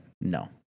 No